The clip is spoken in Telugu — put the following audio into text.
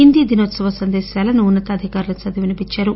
హిందీ దినోత్సవ సందేశాలను ఉన్స తాధికారులు చదివి వినిపిందారు